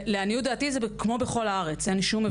לעניות דעתי זה כמו בכל הארץ, אין שום הבדל.